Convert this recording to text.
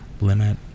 limit